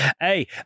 hey